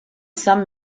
some